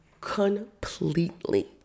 completely